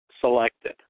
selected